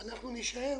אנחנו נישאר